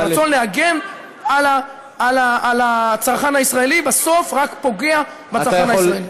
הרצון להגן על הצרכן הישראלי בסוף רק פוגע בצרכן הישראלי.